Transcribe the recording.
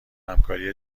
همکاری